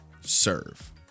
serve